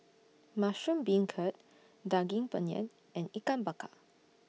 Mushroom Beancurd Daging Penyet and Ikan Bakar